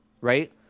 right